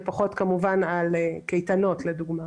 ופחות על קייטנות לדוגמה.